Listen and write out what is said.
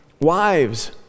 Wives